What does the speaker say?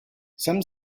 some